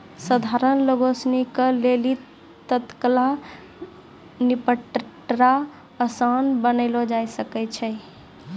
सधारण लोगो सिनी के लेली तत्काल निपटारा असान बनैलो जाय सकै छै